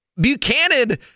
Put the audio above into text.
Buchanan